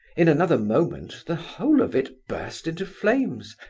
in another moment, the whole of it burst into flames,